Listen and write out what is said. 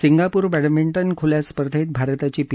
Singapore badminton खुल्या स्पर्धेतून भारताची पी